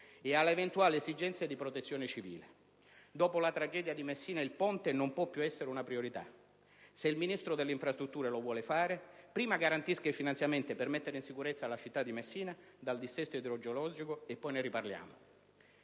e alle eventuali esigenze di protezione civile. Dopo la tragedia di Messina, il Ponte non può più essere una priorità. Se il Ministro delle infrastrutture lo vuole realizzare, prima garantisca i finanziamenti per mettere in sicurezza la città di Messina dal dissesto idrogeologico e poi ne riparleremo.